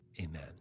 amen